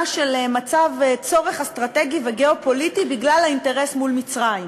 של צורך אסטרטגי וגיאו-פוליטי בגלל האינטרס מול מצרים.